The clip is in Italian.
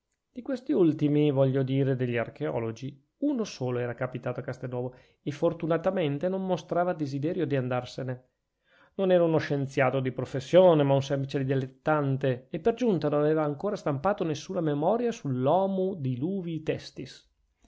di questi ultimi voglio dire degli archeologi uno solo era capitato a castelnuovo e fortunatamente non mostrava desiderio di andarsene non era uno scienziato di professione ma un semplice dilettante e per giunta non aveva ancora stampato nessuna memoria sull'homo diluvii testis ma